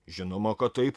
žinoma kad taip